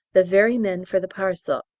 the very men for the parcel.